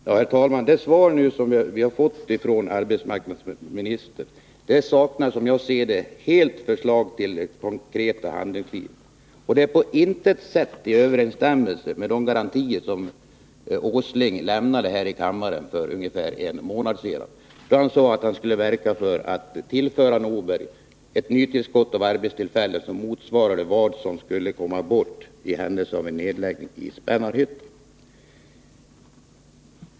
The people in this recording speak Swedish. Herr talman! Det svar som vi nu har fått från arbetsmarknadsministern saknar, som jag ser det, helt förslag till konkreta handlingslinjer, och det är På intet sätt i överensstämmelse med de garantier som Nils Åsling lämnade här i kammaren för ungefär en månad sedan. Han sade då att han skulle verka för att tillföra Norberg ett nytt tillskott av arbetstillfällen, som motsvarade vad som skulle försvinna därifrån i händelse av en nedläggning i Spännarhyttan.